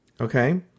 Okay